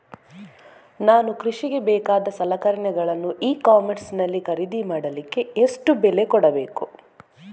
ನಾನು ಕೃಷಿಗೆ ಬೇಕಾದ ಸಲಕರಣೆಗಳನ್ನು ಇ ಕಾಮರ್ಸ್ ನಲ್ಲಿ ಖರೀದಿ ಮಾಡಲಿಕ್ಕೆ ಎಷ್ಟು ಬೆಲೆ ಕೊಡಬೇಕು?